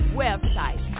website